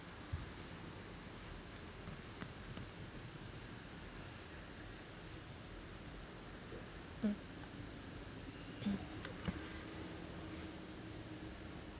mm